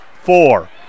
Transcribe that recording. four